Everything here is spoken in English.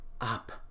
up